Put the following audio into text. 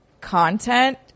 content